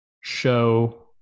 show